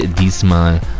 diesmal